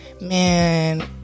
Man